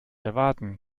erwarten